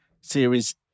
series